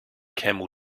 camel